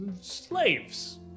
Slaves